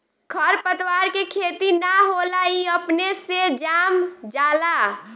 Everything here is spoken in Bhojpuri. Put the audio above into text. खर पतवार के खेती ना होला ई अपने से जाम जाला